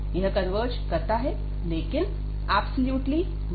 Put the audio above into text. यह कन्वर्ज करता है लेकिन ऐब्सोल्युटली नहीं